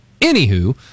anywho